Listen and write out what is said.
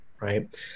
right